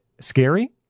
scary